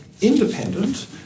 independent